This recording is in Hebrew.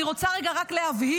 אני רוצה רק להבהיר: